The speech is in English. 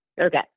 Okay